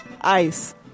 ice